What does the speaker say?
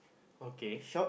okay